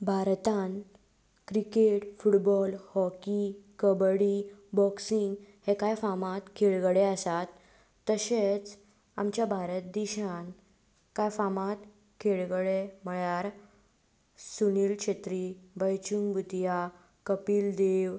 भारतान cricket football hockey kabaddi boxing हे कांय फामाद खेळगडे आसात तशेंच आमच्या भारत देशांत कांय फामाद खेळगडे म्हळ्यार सुनील छेत्री बयचूंग बुदिया कपील देव